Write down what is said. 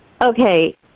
Okay